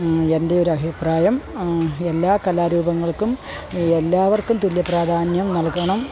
എൻ്റെ ഒരഭിപ്രായം എല്ലാ കലാരൂപങ്ങൾക്കും എല്ലാവർക്കും തുല്യ പ്രാധാന്യം നൽകണം